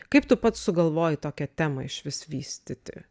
kaip tu pats sugalvojai tokią temą išvis vystyti